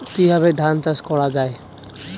কিভাবে ধান চাষ করা হয়?